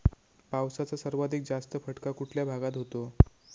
पावसाचा सर्वाधिक जास्त फटका कुठल्या भागात होतो?